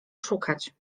szukać